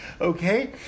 Okay